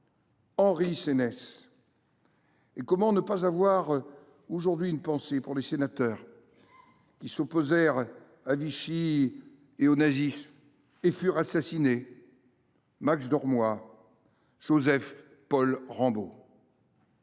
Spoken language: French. Henry Sénès. Et comment ne pas avoir aujourd’hui une pensée pour les sénateurs qui s’opposèrent à Vichy et au nazisme et qui furent assassinés, tels Marx Dormoy et Joseph Paul Rambaud.